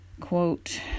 quote